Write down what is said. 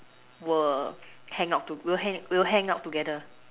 will hang out to will hang will hang out together